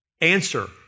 Answer